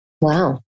Wow